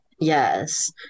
Yes